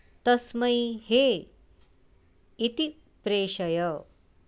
तस्मै हे इति प्रेषय